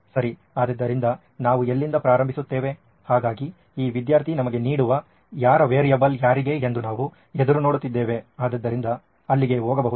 ಸರಿ ಆದ್ದರಿಂದ ನಾವು ಎಲ್ಲಿಂದ ಪ್ರಾರಂಭಿಸುತ್ತೇವೆ ಹಾಗಾಗಿ ಈ ವಿದ್ಯಾರ್ಥಿ ನಮಗೆ ನೀಡುವ ಯಾರ ವೇರಿಯಬಲ್ ಯಾರಿಗೆ ಎಂದು ನಾವು ಎದುರು ನೋಡುತ್ತಿದ್ದೇವೆ ಆದ್ದರಿಂದ ಅಲ್ಲಿಗೆ ಹೋಗಬಹುದು